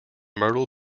myrtle